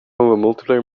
multiplayer